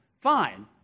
fine